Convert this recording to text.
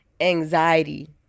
anxiety